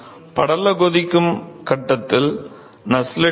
படல கொதிக்கும் கட்டத்தில் நஸ்செல்ட் எண்